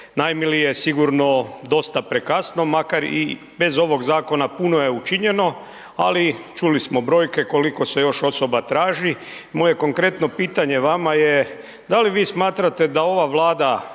najmilije sigurno dosta prekasno makar i bez ovog zakona puno je učinjeno, ali čuli smo brojke koliko se još osoba traži. Moje konkretno pitanje vama je da li vi smatrate da ova Vlada